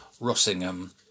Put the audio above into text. Rossingham